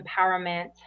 empowerment